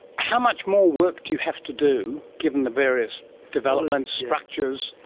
how much more work do you have to do given the various developments, structures?